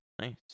Nice